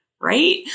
right